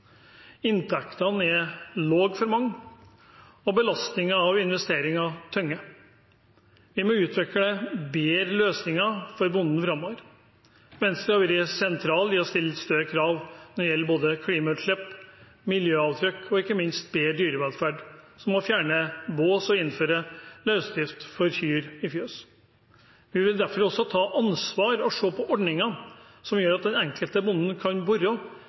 Inntektene er lave for mange, og belastningen av investeringene tynger. Vi må utvikle bedre løsninger for bonden framover. Venstre har vært sentralt i å stille større krav når det gjelder både klimautslipp, miljøavtrykk og ikke minst bedre dyrevelferd, som å fjerne bås og innføre løsdrift for kyr i fjøs. Vi vil derfor også ta ansvar og se på ordninger som gjør at den enkelte bonden kan